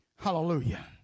Hallelujah